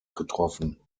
getroffen